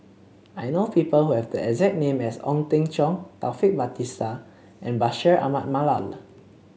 I know people who have the exact name as Ong Teng Cheong Taufik Batisah and Bashir Ahmad Mallal